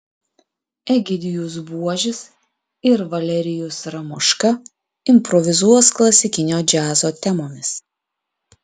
egidijus buožis ir valerijus ramoška improvizuos klasikinio džiazo temomis